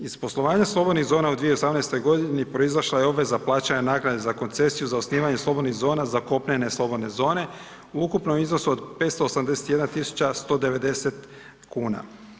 Iz poslovanja slobodnih zona u 2018. g. proizašla je obveza plaćanja naknade za koncesiju za osnivanje slobodnih zona za kopnene slobodne zone u ukupnom iznosu od 581 190 kuna.